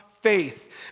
faith